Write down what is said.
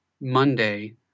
Monday